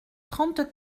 trente